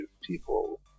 people